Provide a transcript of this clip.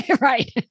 right